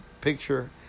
picture